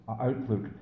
outlook